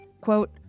Quote